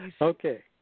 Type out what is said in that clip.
Okay